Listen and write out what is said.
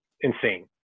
insane